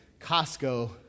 Costco